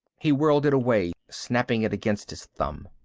he whirled it away, snapping it against his thumb.